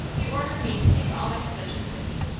he ordered me to take all my possessions with me,